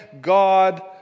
God